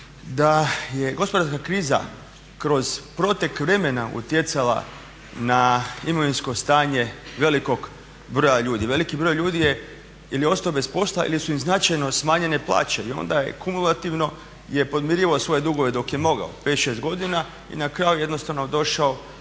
da je gospodarska kriza kroz protek vremena utjecala na imovinsko stanje velikog broja ljudi. Veliki broj ljudi je ili je ostao bez posla ili su im značajno smanjenje plaće i onda je kumulativno podmirivao svoje dugove dok je mogao 5, 6 godina i na kraju jednostavno došao